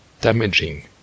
damaging